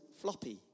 floppy